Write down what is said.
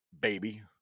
baby